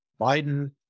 Biden